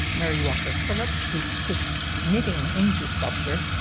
mary walker phillips, who pushed knitting into sculpture.